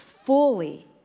Fully